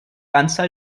anzahl